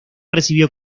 recibió